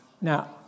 Now